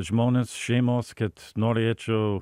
žmonės šeimos kad norėčiau